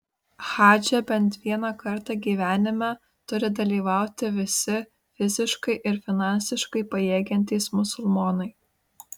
hadže bent vieną kartą gyvenime turi dalyvauti visi fiziškai ir finansiškai pajėgiantys musulmonai